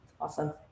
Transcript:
Awesome